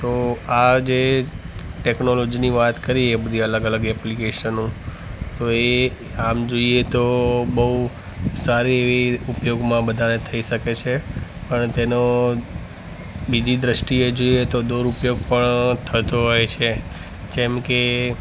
તો આ જે ટૅકનોલોજીની વાત કરી એ બધી અલગ અલગ ઍપ્લિકેશનો તો એ આમ જોઈએ તો બહુ સારી એવી ઉપયોગમાં બધાને થઈ શકે છે પણ તેનો બીજી દૃષ્ટિએ જોઈએ તો દુરુપયોગ પણ થતો હોય છે જેમ કે